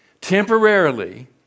temporarily